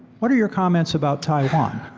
what are you comments about taiwan?